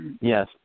Yes